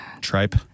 Tripe